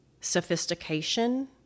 sophistication